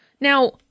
Now